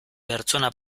pertsona